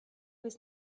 was